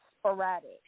sporadic